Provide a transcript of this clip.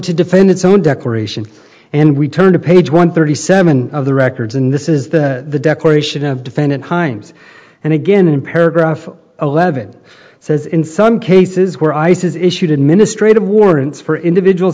to defend its own declaration and we turn to page one thirty seven of the records and this is the declaration of defendant hines and again in paragraph eleven it says in some cases where ice is issued administrative warrants for individuals